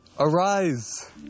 Arise